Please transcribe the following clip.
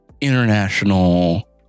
international